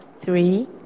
three